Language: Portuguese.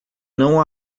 não